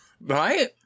right